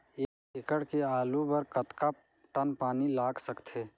एक एकड़ के आलू बर कतका टन पानी लाग सकथे?